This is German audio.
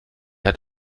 hat